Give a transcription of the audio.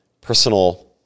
personal